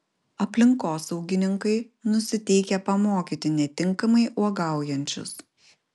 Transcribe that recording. aplinkosaugininkai nusiteikę pamokyti netinkamai uogaujančius